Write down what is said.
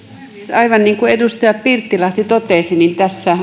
aivan niin kuin edustaja pirttilahti totesi tässä